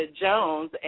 Jones